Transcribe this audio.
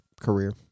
career